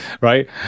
right